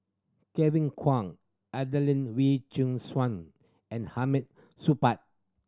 Kevin Kwan Adelene Wee Chin Suan and Hamid Supaat